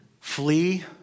Flee